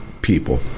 people